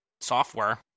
software